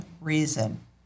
reason